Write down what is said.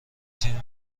تیم